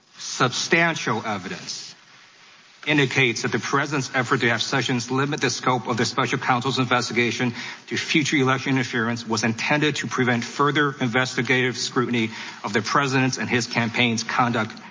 substantial evidence indicates that the president's effort to have sessions limit the scope of the special counsel's investigation to future election interference was intended to prevent further investigative scrutiny of the president's, and his campaign's conduct,